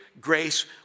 grace